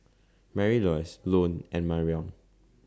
Marylouise Lone and Marion